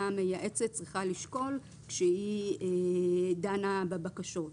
המייעצת צריכה לשקול כשהיא דנה בבקשות.